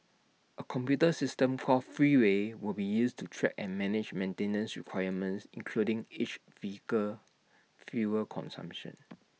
A computer system for Freeway will be used to track and manage maintenance requirements including each vehicle's fuel consumption